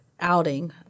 outing